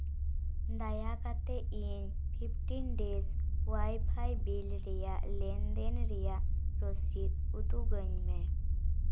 ᱫᱟᱭᱟ ᱠᱟᱛᱮ ᱤᱧ ᱯᱷᱤᱯᱴᱤᱱ ᱰᱮᱡ ᱚᱣᱟᱭᱯᱷᱟᱭ ᱵᱤᱞ ᱨᱮᱭᱟᱜ ᱞᱮᱱᱫᱮᱱ ᱨᱮᱭᱟᱜ ᱨᱚᱥᱤᱫ ᱩᱫᱩᱜᱟᱹᱧ ᱢᱮ